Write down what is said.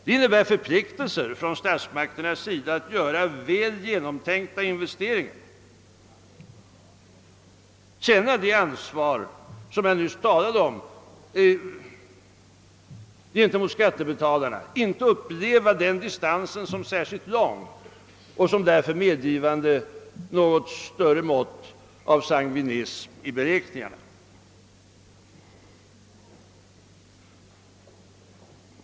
Det innebär förpliktelser från statsmakternas sida att göra väl genomtänkta investeringar och känna det ansvar gentemot skattebetalarna som jag nyss talade om och inte uppleva distansen som särskilt stor och därmed medgivande ett något större mått av sangvinism i beräkningarna.